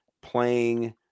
playing –